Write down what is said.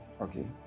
okay